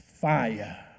fire